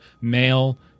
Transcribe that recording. male